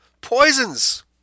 poisons